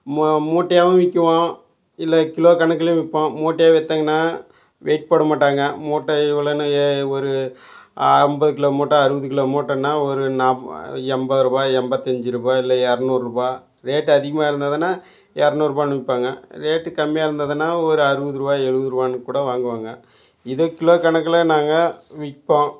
மு மூட்டையாகவும் விற்கிவோம் இல்லை கிலோ கணக்குலையும் விற்போம் மூட்டையாக விற்றிங்கன்னா வெயிட் போட மாட்டாங்க மூட்டை இவ்வளோனு எ ஒரு அ ஐம்பது கிலோ மூட்டை அறுபது கிலோ மூட்டைன்னா ஒரு நாப் எண்பது ரூபாய் எண்பத்தஞ்சி ரூபாய் இல்லை இரநூறுபா ரேட்டு அதிகமாக இருந்ததுனால் இரநூறுபானு விற்பாங்க ரேட்டு கம்மியாக இருந்ததுனால் ஒரு அறுபது ரூபா எழுபது ரூபானு கூட வாங்குவாங்க இதை கிலோ கணக்கில் நாங்கள் விற்போம்